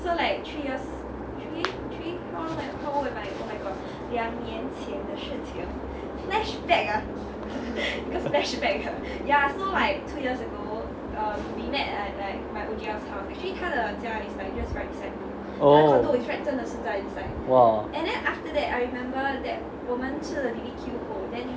oh !wah!